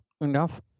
enough